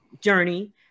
journey